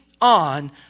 on